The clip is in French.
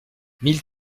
mille